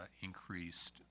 increased